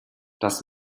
das